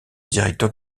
directeur